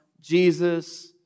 Jesus